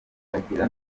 bagera